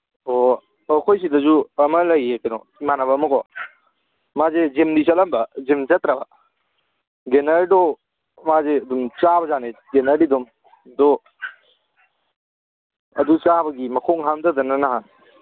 ꯑꯣ ꯑ ꯑꯩꯈꯣꯏꯁꯤꯗꯁꯨ ꯑꯃ ꯂꯩꯌꯦ ꯀꯩꯅꯣ ꯏꯃꯥꯟꯅꯕ ꯑꯃꯀꯣ ꯃꯥꯁꯦ ꯖꯤꯝꯗꯤ ꯆꯠꯂꯝꯕ ꯖꯤꯝ ꯆꯠꯇ꯭ꯔꯕ ꯒꯦꯅꯔꯗꯣ ꯃꯥꯁꯦ ꯑꯗꯨꯝ ꯆꯥꯕꯖꯥꯠꯅꯤ ꯒꯦꯅꯔꯗꯤ ꯑꯗꯨꯝ ꯑꯗꯨ ꯑꯗꯨ ꯆꯥꯕꯒꯤ ꯃꯈꯣꯡ ꯍꯥꯝꯗꯗꯅ ꯅꯍꯥꯟ